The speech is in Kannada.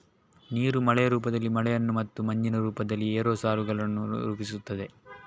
ನೀರು ಮಳೆಯ ರೂಪದಲ್ಲಿ ಮಳೆಯನ್ನು ಮತ್ತು ಮಂಜಿನ ರೂಪದಲ್ಲಿ ಏರೋಸಾಲುಗಳನ್ನು ರೂಪಿಸುತ್ತದೆ